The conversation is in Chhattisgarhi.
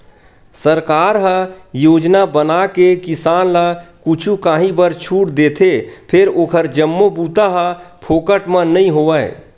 सरकार ह योजना बनाके किसान ल कुछु काही बर छूट देथे फेर ओखर जम्मो बूता ह फोकट म नइ होवय